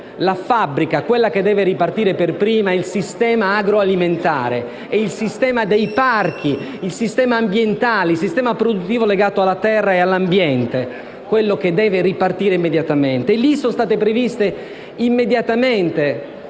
la "fabbrica", quella che deve ripartire per prima, è il sistema agroalimentare, il sistema dei parchi, il sistema ambientale. È il sistema produttivo legato alla terra e all'ambiente quello che deve ripartire immediatamente. Sono stati pertanto previsti immediati